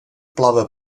plave